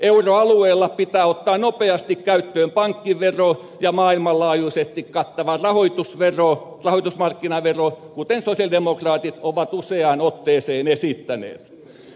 euroalueella pitää ottaa nopeasti käyttöön pankkivero ja maailmanlaajuisesti kattava rahoitusmarkkinavero kuten sosialidemokraatit ovat useaan otteeseen esittäneet